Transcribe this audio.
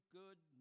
good